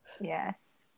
yes